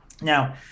Now